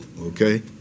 okay